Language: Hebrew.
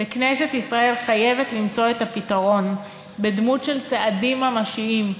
וכנסת ישראל חייבת למצוא את הפתרון בדמות של צעדים ממשיים.